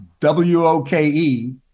W-O-K-E